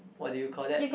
what do you call that